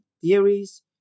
theories